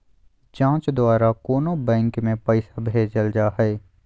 जाँच द्वारा कोनो बैंक में पैसा भेजल जा हइ